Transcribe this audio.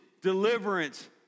deliverance